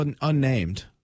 unnamed